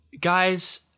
guys